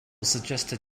suggested